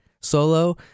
solo